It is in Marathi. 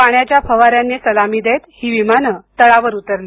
पाण्याच्या फवाऱ्यांनी सलामी देत ही विमानं तळांवर उतरली